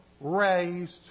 raised